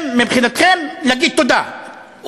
מבחינתכם, להגיד תודה.